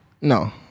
No